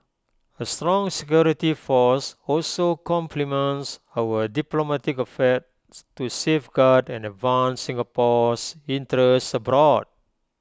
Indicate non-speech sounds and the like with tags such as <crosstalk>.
A strong security force also complements our diplomatic affair <noise> to safeguard and advance Singapore's interests abroad